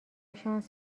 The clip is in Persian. شانس